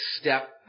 step